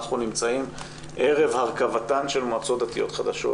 אנחנו נמצאים ערב הרכבתן של מועצות דתיות חדשות.